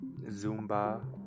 zumba